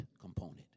component